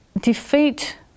defeat